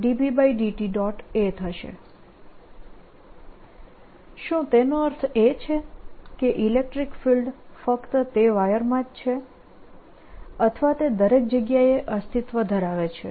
A શું તેનો અર્થ એ છે કે ઇલેક્ટ્રીક ફિલ્ડ ફક્ત તે વાયરમાં જ છે અથવા તે દરેક જગ્યાએ અસ્તિત્વ ધરાવે છે